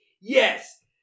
Yes